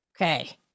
Okay